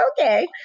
Okay